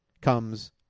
comes